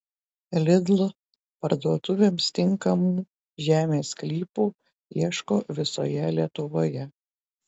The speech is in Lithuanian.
lidl parduotuvėms tinkamų žemės sklypų ieško visoje lietuvoje